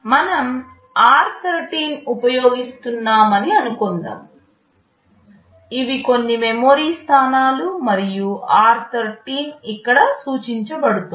మనం r13 ఉపయోగిస్తున్నామని అనుకొందాం ఇవి కొన్ని మెమరీ స్థానాలు మరియు r13 ఇక్కడ సూచించబడుతోంది